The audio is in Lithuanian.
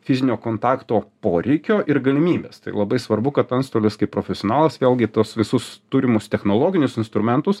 fizinio kontakto poreikio ir galimybės tai labai svarbu kad antstolis kaip profesionalas vėlgi tuos visus turimus technologinius instrumentus